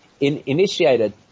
initiated